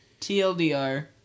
TLDR